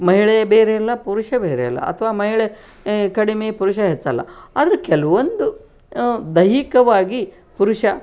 ಮಹಿಳೆ ಬೇರೆ ಅಲ್ಲ ಪುರುಷ ಬೇರೆ ಅಲ್ಲ ಅಥ್ವಾ ಮಹಿಳೆ ಏ ಕಡಿಮೆ ಪುರುಷ ಹೆಚ್ಚಲ್ಲ ಆದ್ರೆ ಕೆಲವೊಂದು ದೈಹಿಕವಾಗಿ ಪುರುಷ